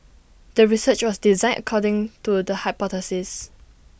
the research was designed according to the hypothesis